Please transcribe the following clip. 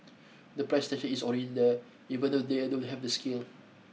the price tension is already there even though their don't have the scale